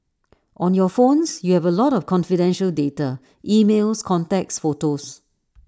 on your phones you have A lot of confidential data emails contacts photos